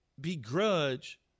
begrudge –